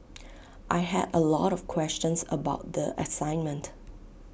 I had A lot of questions about the assignment